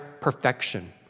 perfection